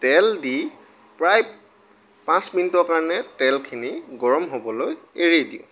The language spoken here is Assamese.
তেল দি প্ৰায় পাঁচ মিনিটৰ কাৰণে তেলখিনি গৰম হ'বলৈ এৰি দিওঁ